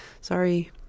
Sorry